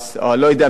מישהו מהמשפחה שלו,